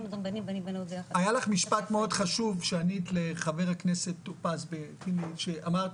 היה לך משפט מאוד חשוב שענית לחבר הכנסת טור פז שאמרת